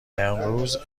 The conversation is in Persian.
امروز